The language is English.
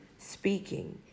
Speaking